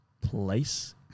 place